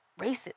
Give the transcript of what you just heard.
racist